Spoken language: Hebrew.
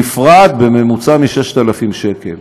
נפרד בממוצע מ-6,000 שקל.